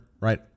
right